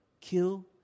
kill